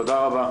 תודה.